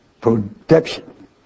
production